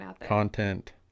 content